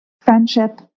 friendship